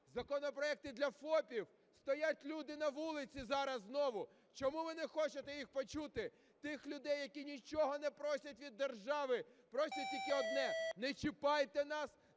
Законопроекти для ФОПів, стоять люди на вулиці зараз знову, чому ви не хочете їх почути? Тих людей, які нічого не просять від держави, просять тільки одне: не чіпайте нас,